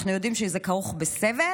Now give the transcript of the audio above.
אנחנו יודעים שזה כרוך בסבל,